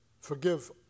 Forgive